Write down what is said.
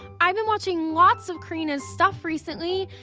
i've been watching lots of karina's stuff recently,